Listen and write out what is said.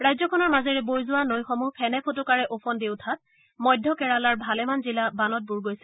ৰাজ্যখনৰ মাজেৰে বৈ যোৱা নৈসমূহ ফেনে ফোটোকাৰে ওফন্দি উঠাত মধ্য কেৰালাৰ ভালেমান জিলা বানত বুৰ গৈছে